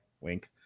wink